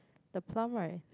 the plum right